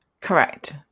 correct